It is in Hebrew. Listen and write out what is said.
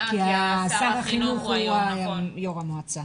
שר החינוך הוא יושב ראש המועצה.